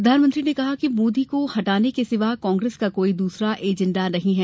प्रधानमंत्री ने कहा कि मोदी को हटाने के सिवा कांग्रेस का कोई एजेन्डा नही है